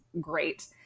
great